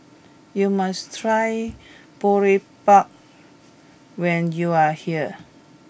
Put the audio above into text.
you must try Boribap when you are here